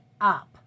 Up